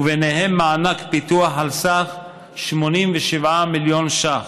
ובהם מענק פיתוח על סך 87 מיליון ש"ח,